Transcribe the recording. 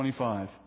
25